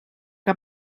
que